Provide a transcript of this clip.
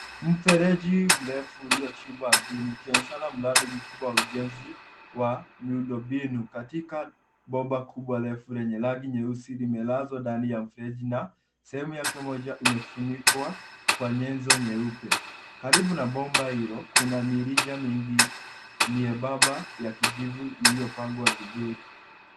Mfereji mrefu uliochimbwa ardhini ukionyeshana mradi mkubwa wa ujenzi wa miundombinu katika bomba kubwa refu lenye rangi nyeusi limelazwa ndani ya mfereji na sehemu yake moja imefunikwa kwa nyenzo nyeupe. Karibu na bomba hilo kuna mirija mingi myembamba ya kijivu iliyopangwa vizuri.